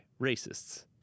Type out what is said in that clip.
racists